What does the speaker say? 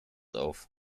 auf